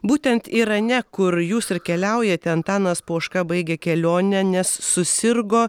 būtent irane kur jūs ir keliaujate antanas poška baigia kelionę nes susirgo